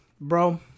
Bro